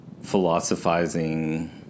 philosophizing